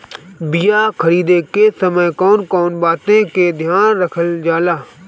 बीया खरीदे के समय कौन कौन बात के ध्यान रखल जाला?